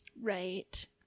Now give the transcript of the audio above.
Right